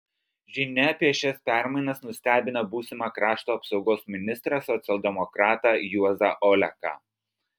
žinia apie šias permainas nustebino būsimą krašto apsaugos ministrą socialdemokratą juozą oleką